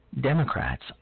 Democrats